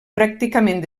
pràcticament